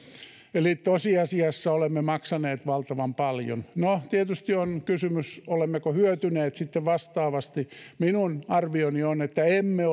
eli tosiasiassa olemme maksaneet valtavan paljon no tietysti on kysymys olemmeko hyötyneet sitten vastaavasti minun arvioni on että emme